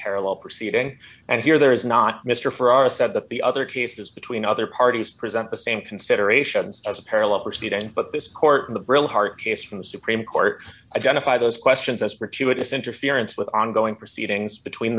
parallel proceeding and here there is not mr ferrara said that the other cases between other parties present the same considerations as a parallel proceeding but this court in the brill hart case from the supreme court identify those questions as to witness interference with ongoing proceedings between